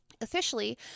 Officially